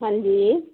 ਹਾਂਜੀ